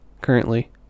currently